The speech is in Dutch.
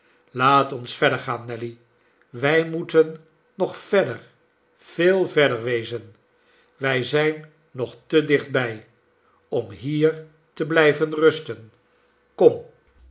laat ons verder gaan nelly wij moeten nog verder veel verder wezen wij zijn nog te dichtbij om hier te blijven rusten kom